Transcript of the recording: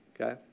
okay